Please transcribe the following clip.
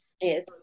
Yes